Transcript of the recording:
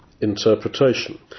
interpretation